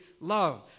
love